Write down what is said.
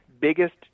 biggest